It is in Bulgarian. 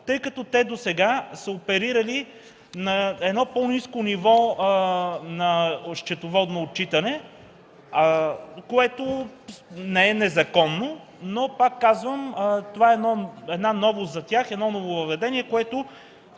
тъй като те досега са оперирали на едно по-ниско ниво на счетоводно отчитане, което не е незаконно, но, пак казвам, това е една новост за тях, едно нововъведение, което